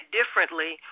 differently